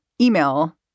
email